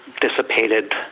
dissipated